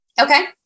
Okay